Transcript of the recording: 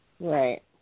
Right